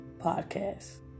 podcast